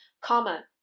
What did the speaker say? comma